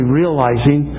realizing